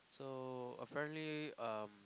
so apparently um